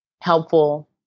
helpful